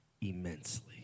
immensely